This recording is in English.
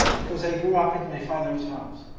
because i grew up at my father's house.